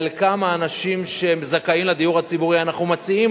לחלקם של האנשים שזכאים לדיור הציבורי אנחנו מציעים,